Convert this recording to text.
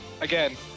Again